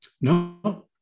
no